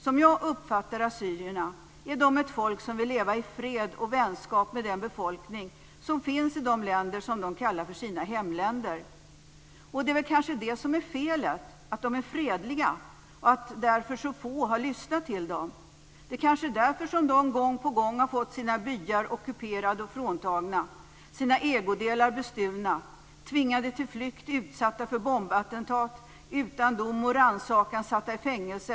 Som jag uppfattar assyrierna är de ett folk som vill leva i fred och vänskap med den befolkning som finns i de länder som de kallar för sina hemländer. Och det är kanske det som är felet, att de är fredliga och att därför så få har lyssnat till dem. Det kanske är därför som deras byar gång på gång har ockuperats och tagits ifrån dem, som de har fått sina ägodelar stulna och tvingats till flykt. De har utsatts för bombattentat, utan dom och rannsakan satts i fängelse.